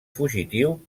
fugitiu